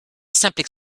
simple